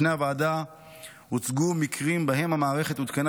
בפני הוועדה הוצגו מקרים שבהם המערכת עודכנה